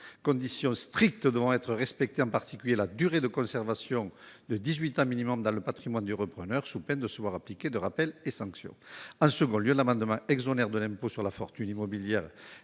conditions strictes devront être respectées, en particulier une durée de conservation de dix-huit ans minimum dans le patrimoine du repreneur, sous peine de se voir appliquer des rappels et sanctions. Par ailleurs, il est proposé une exonération de l'impôt sur la fortune immobilière